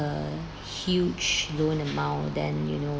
a huge loan amount then you know